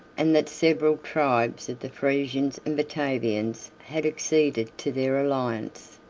and that several tribes of the frisians and batavians had acceded to their alliance.